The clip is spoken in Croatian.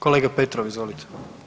Kolega Petrov, izvolite.